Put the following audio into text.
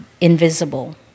invisible